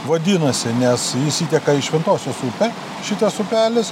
vadinasi nes jis įteka į šventosios upę šitas upelis